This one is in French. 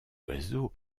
oiseau